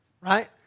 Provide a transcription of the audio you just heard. right